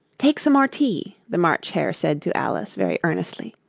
take some more tea the march hare said to alice, very earnestly.